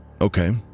Okay